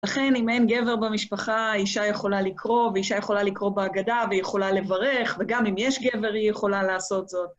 לכן, אם אין גבר במשפחה, אישה יכולה לקרוא, ואישה יכולה לקרוא בהגדה, ויכולה לברך, וגם אם יש גבר, היא יכולה לעשות זאת.